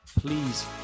please